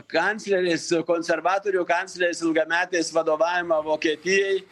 kanclerės konservatorių kanclerės ilgametės vadovavimą vokietijai